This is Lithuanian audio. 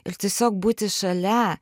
ir tiesiog būti šalia